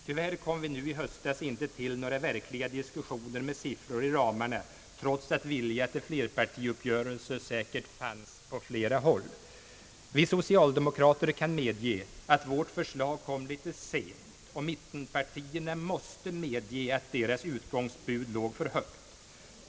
Tyvärr kom vi i höstas inte fram till några verkliga diskussioner med siffror i ramarna trots att viljan till en flerpartiuppgörelse säkert fanns på flera håll. Vi socialdemokrater kan medge att vårt förslag kom litet sent, och mittenpartierna måste medge att deras utgångspunkt låg för högt.